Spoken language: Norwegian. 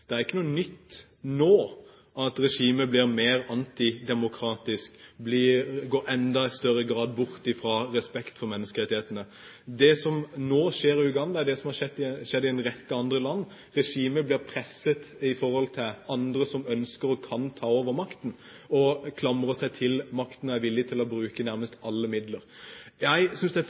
Det er ikke noe nytt nå at regimet blir mer antidemokratisk og i enda større grad går bort fra respekt for menneskerettighetene. Det som nå skjer i Uganda, er det som har skjedd i en rekke andre land. Regimet blir presset av andre som ønsker og kan ta over makten, og regimet klamrer seg til makten og er villig til å bruke nærmest alle midler. Jeg synes det er